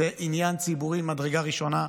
זה עניין ציבורי ממדרגה ראשונה,